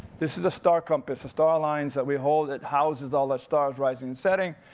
this is a star compass, the starlines that we hold, that houses all our stars, rising and setting,